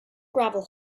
gravel